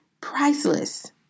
priceless